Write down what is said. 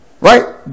right